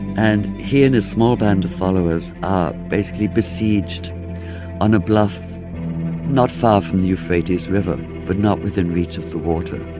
and he and his small band of followers are basically besieged on a bluff not far from the euphrates river but not within reach of the water.